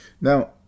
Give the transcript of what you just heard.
now